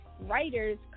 writers